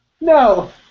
No